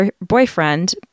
boyfriend